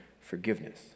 forgiveness